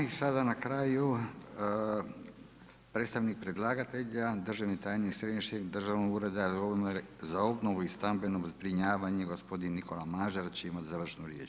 I sada na kraju predstavnik predlagatelja, državni tajnik središnjeg državnog ureda za obnovu i stambeno zbrinjavanje, gospodin Nikola Mažar će imati završnu riječ.